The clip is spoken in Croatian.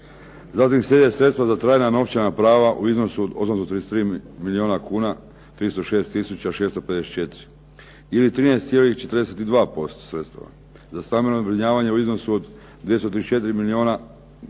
Zatim slijede sredstva za trajna novčana prava u iznosu od 883 milijuna kuna 306 tisuća 654, ili 13,42% sredstava. Za stambeno zbrinjavanje u iznosu od 234 milijuna